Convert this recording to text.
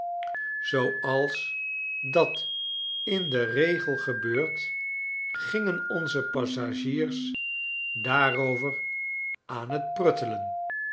zooals dat in den regel gebeurt gingen onze passagiers daarover aan t pruttelen